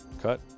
Cut